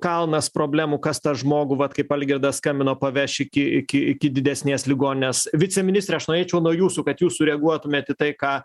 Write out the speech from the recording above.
kalnas problemų kas tą žmogų vat kaip algirdas skambino paveš iki iki iki didesnės ligoninės viceministre aš norėčiau nuo jūsų kad jūs sureaguotumėt į tai ką